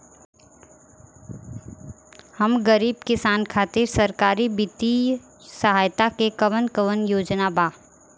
हम गरीब किसान खातिर सरकारी बितिय सहायता के कवन कवन योजना बा?